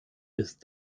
ist